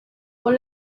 con